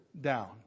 down